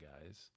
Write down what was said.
guys